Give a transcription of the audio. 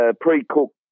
pre-cooked